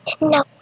No